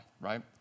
right